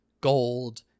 gold